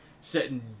sitting